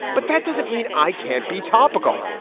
but that doesn't mean i can't be topical.